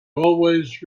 always